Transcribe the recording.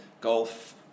golf